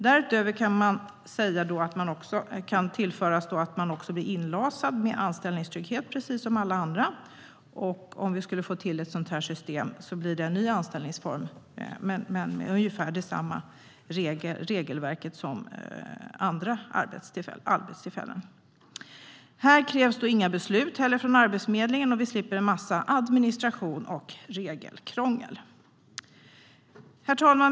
Därutöver kan sägas att man kan bli inlasad med anställningstrygghet precis som alla andra om vi skulle få till stånd ett sådant här system. Det blir en ny anställningsform, dock med ungefär samma regelverk som för andra anställningsformer. Här krävs inga beslut från Arbetsförmedlingen, och vi slipper en massa administration och regelkrångel. Herr talman!